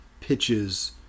pitches